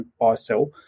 buy-sell